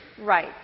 Right